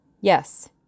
yes